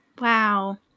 Wow